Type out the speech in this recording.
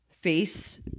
Face